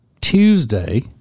tuesday